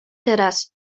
teraz